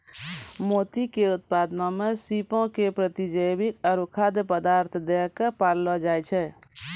मोती के उत्पादनो मे सीपो के प्रतिजैविक आरु खाद्य पदार्थ दै के पाललो जाय छै